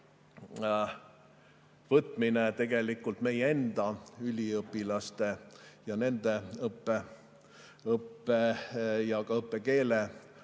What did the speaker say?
võtmine tegelikult meie enda üliõpilaste, nende õppe ja ka õppekeele